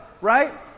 Right